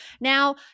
Now